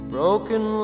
Broken